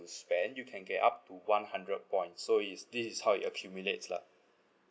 spend you can get up to one hundred points so is this how it accumulates lah